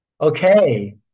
okay